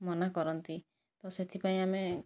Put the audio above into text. ମନା କରନ୍ତି ତ ସେଥିପାଇଁ ଆମେ